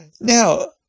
Now